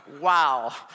Wow